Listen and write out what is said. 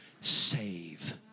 save